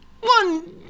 one